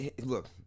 look